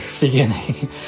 beginning